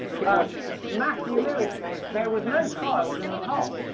keep watching though. matthew lewis says, there was no trials in the poll,